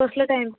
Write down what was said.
तसलं काही